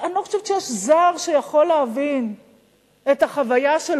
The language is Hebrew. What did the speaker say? לא חושבת שיש זר שיכול להבין את החוויה של